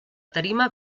tarima